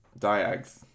Diags